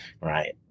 Right